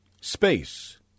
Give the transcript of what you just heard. Space